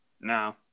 No